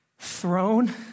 Throne